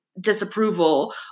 disapproval